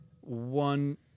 one